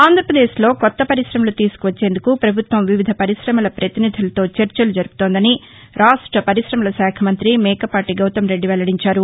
ఆంధ్రప్రదేశ్లో కొత్త పరిశమలు తీసుకు వచ్చేందుకు పభుత్వం వివిధ పరిశమల పతినిధులతో చర్చలు జరుపుతోందని రాష్ట పరిశమల శాఖ మంతి మేకపాటి గౌతమ్ రెడ్డి వెల్లడించారు